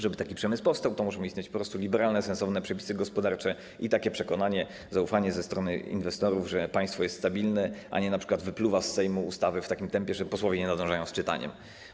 Żeby taki przemysł powstał, muszą istnieć po prostu liberalne, sensowne przepisy gospodarcze i takie przekonanie, zaufanie ze strony inwestorów, że państwo jest stabilne, a nie np. wypluwa z Sejmu ustawy w takim tempie, że posłowie nie nadążają z czytaniem.